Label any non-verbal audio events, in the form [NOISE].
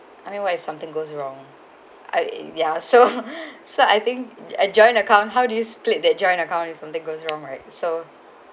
I mean what if something goes wrong I ya so [BREATH] so I think a joint account how do you split that joint account if something goes wrong right so